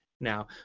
now